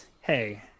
Hey